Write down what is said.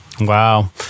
Wow